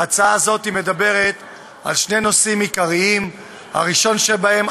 ההצעה הזאת מדברת על שני נושאים עיקריים: הראשון שבהם,